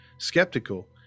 skeptical